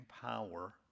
power